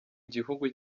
gihugu